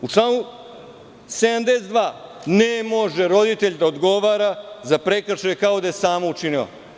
U članu 72. ne može roditelj da odgovara za prekršaj kao da je sam učinio.